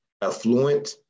affluent